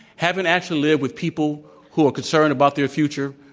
having actually lived with people who are concerned about their future,